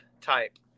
type